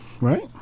right